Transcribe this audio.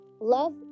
love